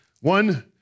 one